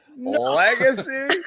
Legacy